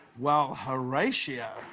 well horatio!